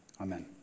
Amen